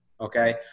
Okay